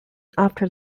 after